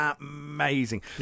amazing